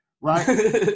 Right